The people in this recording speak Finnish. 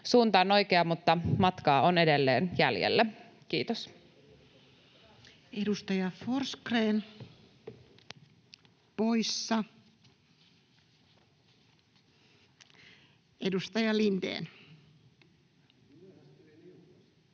Suunta on oikea, mutta matkaa on edelleen jäljellä. — Kiitos. Edustaja Forsgrén poissa. — Edustaja Lindén.